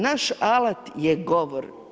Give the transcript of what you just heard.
Naš alat je govor.